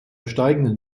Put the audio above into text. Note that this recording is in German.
steigenden